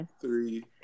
Three